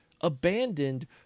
abandoned